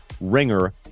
ringer